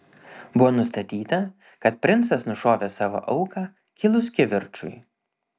buvo nustatyta kad princas nušovė savo auką kilus kivirčui